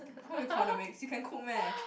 home economics you can cook meh